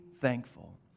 thankful